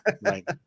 right